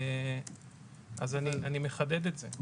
אני מחדד את זה,